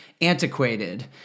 antiquated